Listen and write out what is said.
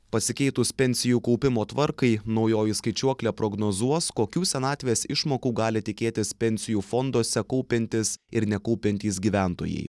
pasikeitus pensijų kaupimo tvarkai naujoji skaičiuoklė prognozuos kokių senatvės išmokų gali tikėtis pensijų fonduose kaupiantys ir nekaupiantys gyventojai